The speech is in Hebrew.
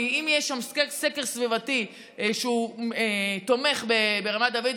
אם יש שם סקר סביבתי שתומך ברמת דוד,